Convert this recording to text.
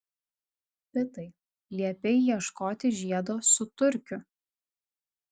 pitai liepei ieškoti žiedo su turkiu